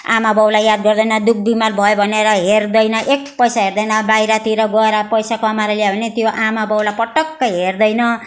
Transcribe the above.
आमा बाउलाई याद गर्दैन दुःख बिमार भयो भनेर हेर्दैन एक पैसा हेर्दैन बाहिरतिर गएर पैसा कमाएर ल्यायो भने त्यो आमा बाउलाई पटक्क हेर्दैन